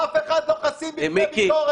אדוני היושב-ראש,